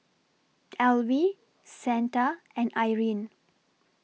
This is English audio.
Elvie Santa and Irene